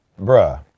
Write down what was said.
bruh